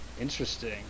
Interesting